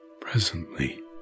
Presently